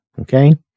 okay